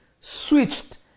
switched